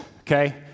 okay